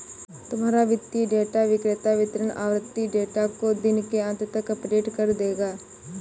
तुम्हारा वित्तीय डेटा विक्रेता वितरण आवृति डेटा को दिन के अंत तक अपडेट कर देगा